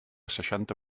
seixanta